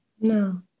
No